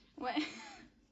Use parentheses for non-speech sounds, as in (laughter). what (laughs)